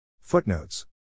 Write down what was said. Footnotes